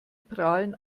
prahlen